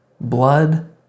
blood